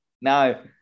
No